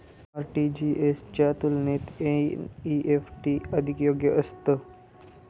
RTGS च्या तुलनेत NEFT अधिक योग्य असतं